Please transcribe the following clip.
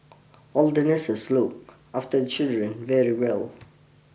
all the nurses look after the children very well